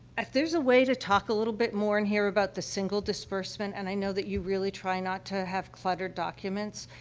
if there's a way to talk a little bit more in here about the single disbursement and i know that you really try not to have cluttered documents.